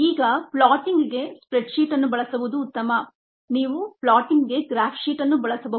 ಈಗ ಪ್ಲಾಟಿಂಗ್ ಗೆ spread sheet ಅನ್ನು ಬಳಸುವುದು ಉತ್ತಮ ನೀವು ಪ್ಲಾಟಿಂಗ್ಗೆ ಗ್ರಾಫ್ ಶೀಟ್ ಅನ್ನು ಬಳಸಬಹುದು